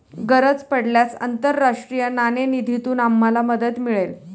गरज पडल्यास आंतरराष्ट्रीय नाणेनिधीतून आम्हाला मदत मिळेल